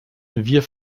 wir